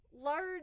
large